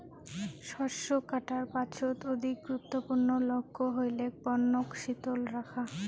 শস্য কাটার পাছত অধিক গুরুত্বপূর্ণ লক্ষ্য হইলেক পণ্যক শীতল রাখা